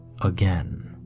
again